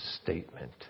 statement